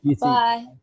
Bye